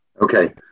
Okay